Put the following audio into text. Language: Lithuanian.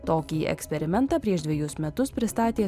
tokį eksperimentą prieš dvejus metus pristatė